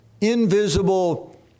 invisible